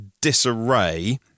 disarray